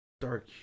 Dark